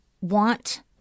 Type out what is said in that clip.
want